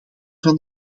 van